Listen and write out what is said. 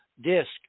disc